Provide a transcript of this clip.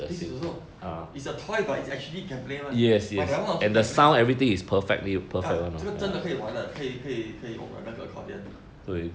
this is also is a toy but is actually can play [one] but that also can play uh 这个真的可以玩的可以可以可以有哪个 recorder